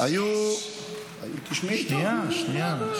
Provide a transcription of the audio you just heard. שנייה, שנייה.